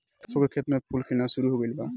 सरसों के खेत में फूल खिलना शुरू हो गइल बा